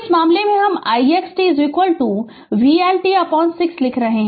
Refer Slide Time 2203 तो इस मामले में हम ix t vLt6 लिख रहे हैं